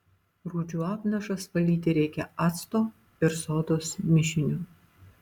rūdžių apnašas valyti reikia acto ir sodos mišiniu